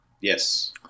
Yes